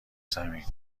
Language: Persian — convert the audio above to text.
زمین